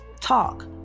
talk